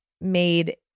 made